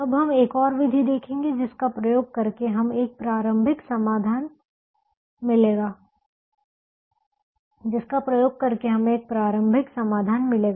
अब हम एक और विधि देखेंगे जिसका प्रयोग करके हमें एक प्रारंभिक समाधान मिलेगा